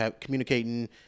communicating